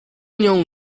nią